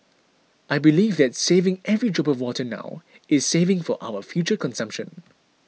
I believe that saving every drop of water now is saving for our future consumption